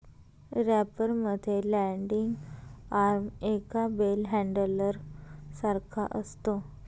wrapper मध्ये landing arm एका bale handler सारखा असतो